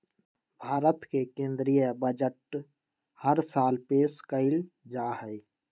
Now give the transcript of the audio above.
भारत के केन्द्रीय बजट हर साल पेश कइल जाहई